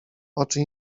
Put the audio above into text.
oczy